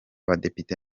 badepite